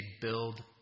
build